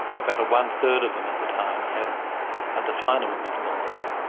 about one-third of them at the time had a definable mental illness,